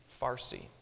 Farsi